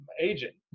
agent